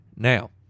Now